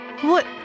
What